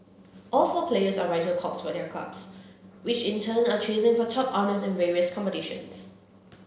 all four players are vital cogs for their clubs which in turn are chasing for top honours in various competitions